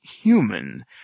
human